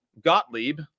Gottlieb